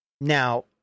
Now